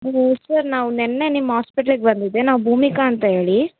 hello sir ನಾವು ನಿನ್ನೆ ನಿಮ್ಮ ಹಾಸ್ಪಿಟ್ಲಿಗೆ ಬಂದಿದ್ದೆ ನಾವು ಭೂಮಿಕಾ ಅಂತ ಹೇಳಿ